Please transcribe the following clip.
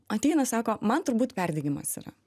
ateina sako man turbūt perdegimas yra